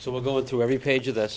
so we're going through every page of th